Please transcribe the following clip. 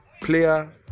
player